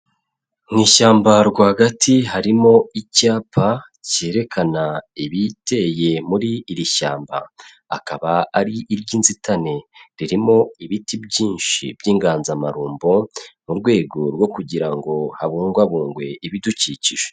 Mu ishyamba rwagati harimo icyapa cyerekana ibiteye muri iri shyamba, akaba ari iry'inzitane, ririmo ibiti byinshi by'inganzamarumbo, mu rwego rwo kugira ngo habungwabungwe ibidukikije.